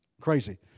crazy